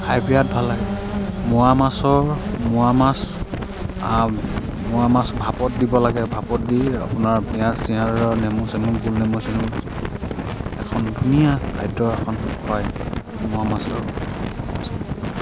খাই বিৰাট ভাল লাগে মোৱা মাছৰ মোৱা মাছ মোৱা মাছ ভাপত দিব লাগে ভাপত দি আপোনাৰ পিঁয়াজ চিয়াজৰ নেমু চেমু গোল নেম চেমু চেপি এখন ধুনীয়া খাদ্য এখন হয় মোৱা মাছৰ মোৱা মাছৰ পিটিকা